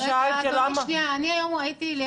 אני היום ראיתי,